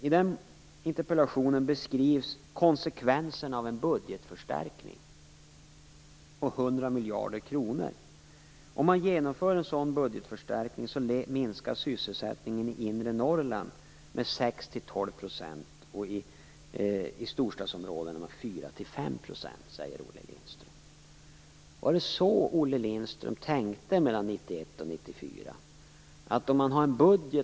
I interpellationen beskrivs konsekvenserna av en budgetförstärkning på 100 miljarder kronor. Om man genomför en sådan budgetförstärkning minskar sysselsättningen i inre 4-5 %, säger Olle Lindström. Var det så Olle Lindström tänkte mellan 1991 och 1994?